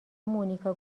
مونیکا